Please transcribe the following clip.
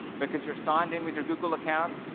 because you're signed in with your google account,